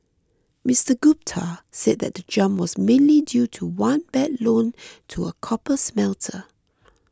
Mister Gupta said that the jump was mainly due to one bad loan to a copper smelter